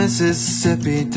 Mississippi